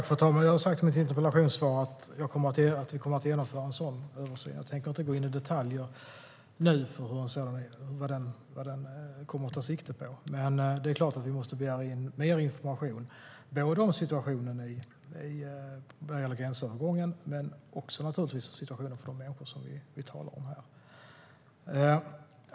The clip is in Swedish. Fru talman! Jag har sagt i mitt interpellationssvar att vi kommer att genomföra en sådan översyn. Jag tänker inte gå in i detaljer nu i fråga om vad den kommer att ta sikte på. Men det är klart att vi måste begära in mer information om situationen vad gäller gränsövergången men också, naturligtvis, om situationen för de människor som vi talar om här.